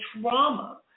trauma